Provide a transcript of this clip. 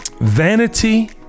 Vanity